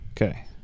Okay